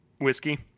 whiskey